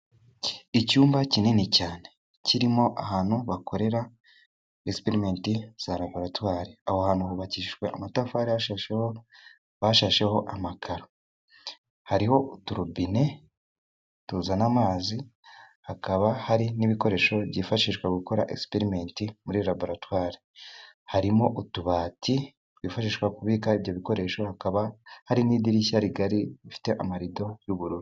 Icyumba kinini cyane kirimo ahantu bakorera egisiperimenti za laboratware ,aho hantu hubakishijwe amatafari bashasheho amakararo, hariho uturobine tuzana amazi hakaba, hari n'ibikoresho byifashishwa gukora egisiperimenti muri laboratware harimo utubati twifashishwa kubika ibyo bikoresho hakaba hari n'idirishya rigari rifite amarido y'ubururu.